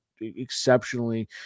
exceptionally